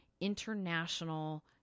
international